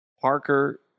Parker